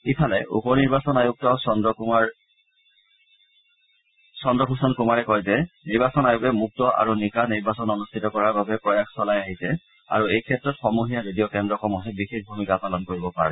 ইফালে উপ নিৰ্বাচন আয়ুক্ত চন্দ্ৰভুষণ কুমাৰে কয় যে নিৰ্বাচন আয়োগে মুক্ত আৰু নিকা নিৰ্বাচন অনুষ্ঠিত কৰাৰ বাবে প্ৰয়াস চলাই আহিছে আৰু এই ক্ষেত্ৰত সমূহীয়া ৰেডিঅ' কেন্দ্ৰসমূহে বিশেষ ভূমিকা পালন কৰিব পাৰে